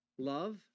Love